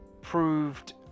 proved